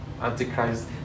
antichrist